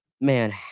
Man